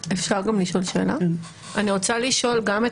אני רוצה לשאול גם את